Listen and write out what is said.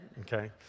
okay